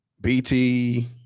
BT